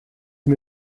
mir